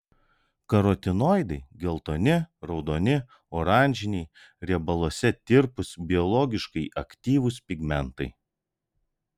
karotinoidai geltoni raudoni oranžiniai riebaluose tirpūs biologiškai aktyvūs pigmentai